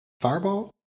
Fireball